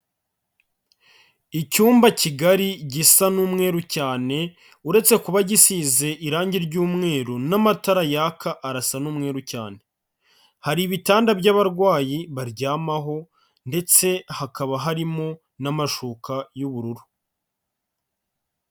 Icyumba kigari gisa n'umweru cyane, uretse kuba gisize irangi ry'umweru n'amatara yaka arasa n'umweru cyane, hari ibitanda by'abarwayi baryamaho ndetse hakaba harimo n'amashuka y'ubururu.